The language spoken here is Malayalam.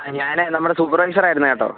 ആ ഞാൻ നമ്മുടെ സൂപ്പർവൈസർ ആയിരുന്നു കേട്ടോ